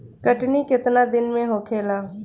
कटनी केतना दिन में होखेला?